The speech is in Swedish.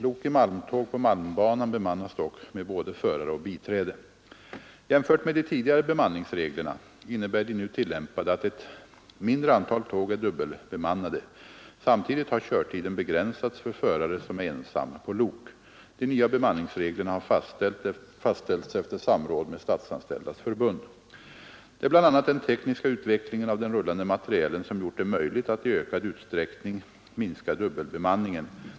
Lok i malmtåg på malmbanan bemannas dock med både förare och biträde. Jämfört med de tidigare bemanningsreglerna innebär de nu tillämpade att ett mindre antal tåg är dubbelbemannade. Samtidigt har körtiden begränsats för förare som är ensam på lok. De nya bemanningsreglerna har fastställts efter samråd med Statsanställdas förbund. Det är bl.a. den tekniska utvecklingen av den rullande materielen som gjort det möjligt att i ökad utsträckning minska dubbelbemanningen.